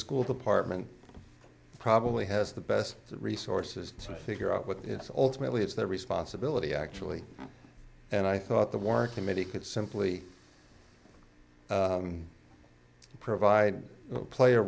school department probably has the best resources to figure out what it's all to really it's their responsibility actually and i thought the work committee could simply provide play a